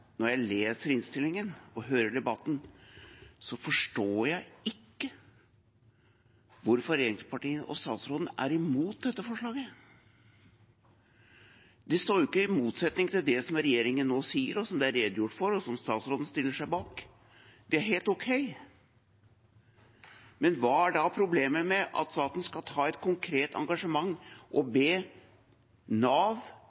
leser innstillingen og hører debatten, forstår jeg ikke hvorfor regjeringspartiene og statsråden er imot dette forslaget. Det står jo ikke i motsetning til det som regjeringen nå sier, og som det er redegjort for, og som statsråden stiller seg bak. Det er helt ok. Men hva er da problemet med at staten skal ha et konkret engasjement og be Nav